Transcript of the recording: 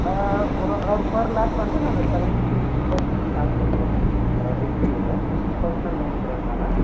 ஒரு அதாவது பர் லாக் வந்து நாங்கள் செவன்ட்டின் பர்சன்ட் சார்ஜ் பண்ணுறோங்க எஸ்பிஐயில பர்ஸ்னல் லோன்றதுனால்